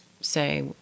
say